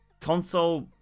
console